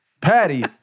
Patty